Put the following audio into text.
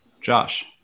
Josh